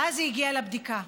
ואז היא הגיעה לבדיקה,